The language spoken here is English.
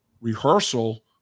rehearsal